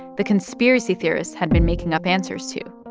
the conspiracy theorists had been making up answers to.